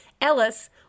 Ellis